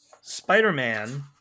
Spider-Man